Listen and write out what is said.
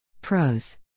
Pros